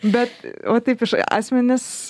bet va taip iš asmenys